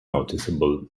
noticeable